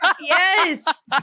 Yes